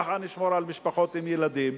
ככה נשמור על משפחות עם ילדים,